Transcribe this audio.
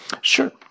Sure